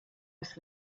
aus